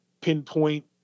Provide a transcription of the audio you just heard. pinpoint